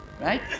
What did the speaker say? Right